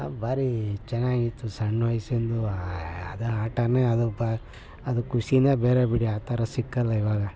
ಆಗ ಭಾರಿ ಚೆನ್ನಾಗಿತ್ತು ಸಣ್ಣ ವಯ್ಸಿಂದ್ಲೂ ಅದು ಆಟವೇ ಅದು ಬ್ ಅದು ಖುಷಿಯೇ ಬೇರೆ ಬಿಡಿ ಆ ಥರ ಸಿಕ್ಕೋಲ್ಲ ಈವಾಗ